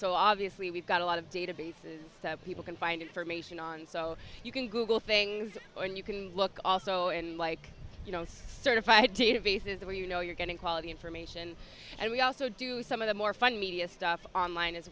so obviously we've got a lot of databases that people can find information on so you can google things and you can look also and like you know certified to innovate is there you know you're getting quality information and we also do some of the more fun media stuff online as